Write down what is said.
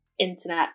internet